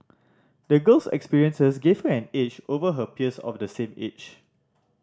the girl's experiences gave her an edge over her peers of the same age